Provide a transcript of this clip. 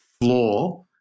floor